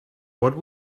what